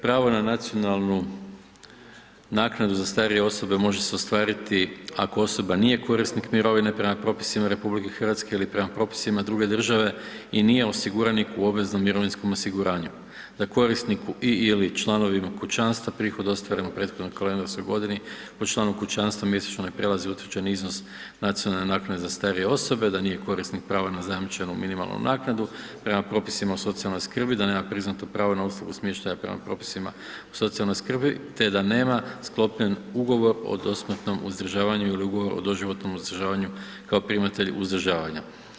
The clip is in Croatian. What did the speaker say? Pravo na nacionalnu naknadu za starije osobe može se ostvariti ako osoba nije korisnik mirovine prema propisima RH ili prema propisima druge države i nije osiguranik u obveznom mirovinskom osiguranju, da korisniku i/ili članovima kućanstva prihod ostvaren u prethodnoj kalendarskoj godini po članu kućanstva mjesečno ne prelazi utvrđeni iznos nacionalne naknade za starije osobe, da nije korisnik prava na zajamčenu minimalnu naknadu prema propisima o socijalnoj skrbi, da nema priznato pravo na uslugu smještaja prema propisima o socijalnoj skrbi te da nema sklopljen ugovor o dosmrtnom uzdržavanju ili ugovor o doživotnom uzdržavanju kao primatelj uzdržavanja.